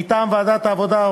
מטעם ועדת העבודה,